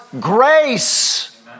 grace